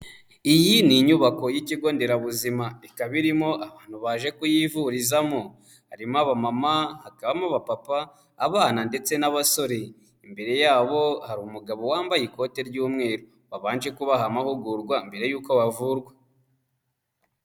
Iyi ni inyubako y'Ikigo Nderabuzima. Ikaba irimo abantu baje kuyivurizamo. Harimo abamama, hakabamo abapapa, abana ndetse n'abasore. Imbere yabo hari umugabo wambaye ikote ry'umweru, wabanje kubaha amahugurwa mbere yuko bavurwa.